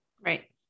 right